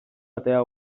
atea